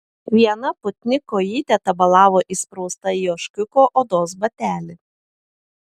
viena putni kojytė tabalavo įsprausta į ožkiuko odos batelį